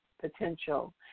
potential